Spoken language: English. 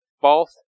False